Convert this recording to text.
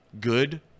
good